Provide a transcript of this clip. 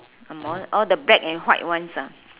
angmoh orh the black and white ones ah